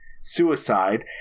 suicide